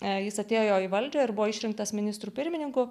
jis atėjo į valdžią ir buvo išrinktas ministru pirmininku